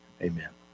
Amen